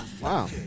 Wow